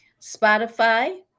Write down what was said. Spotify